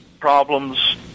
problems